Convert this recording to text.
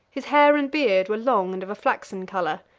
his hair and beard were long and of a flaxen color,